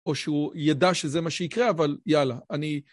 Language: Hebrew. או שהוא ידע שזה מה שיקרה, אבל יאללה, אני...